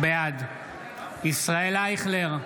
בעד ישראל אייכלר,